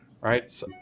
right